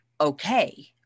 okay